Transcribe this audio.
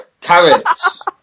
Carrots